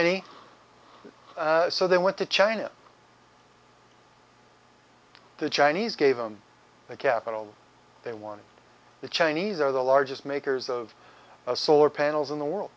any so they went to china the chinese gave them the capital they won the chinese are the largest makers of a solar panels in the world